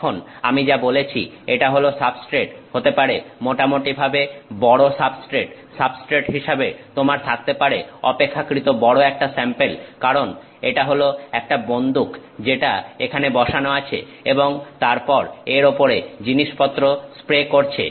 এখন আমি যা বলেছি এটা হল সাবস্ট্রেট হতে পারে মোটামুটি ভাবে বড় সাবস্ট্রেট সাবস্ট্রেট হিসাবে তোমার থাকতে পারে অপেক্ষাকৃত বড় একটা স্যাম্পেল কারণ এটা হল একটা বন্দুক যেটা এখানে বসানো আছে এবং তারপর এর ওপরে জিনিসপত্র স্প্রে করছে